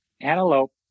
antelope